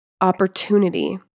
opportunity